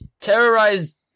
terrorized